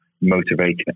motivating